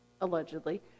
allegedly